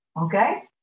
okay